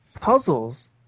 puzzles